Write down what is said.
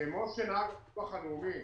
כמו שנהג הביטוח הלאומי